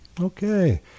Okay